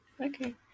Okay